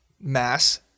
mass